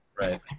Right